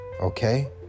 Okay